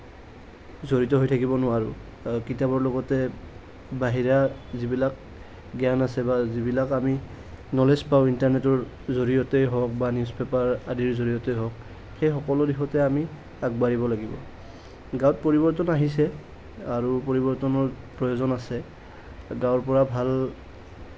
জড়িত হৈ থাকিব নোৱাৰোঁ কিতাপৰ লগতে বাহিৰা যিবিলাক জ্ঞান আছে বা যিবিলাক আমি ন'লেজ পাওঁ ইণ্টাৰনেটৰ জড়িয়তেই হওক বা বাতৰি কাকতৰ জড়িয়তেই হওক সেই সকলো দিশতে আমি আগবাঢ়িব লাগিব গাওঁত পৰিবৰ্তন আহিছে আৰু পৰিবৰ্তনৰ প্ৰয়োজন আছে গাওঁৰ পৰা ভাল